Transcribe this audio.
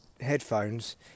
headphones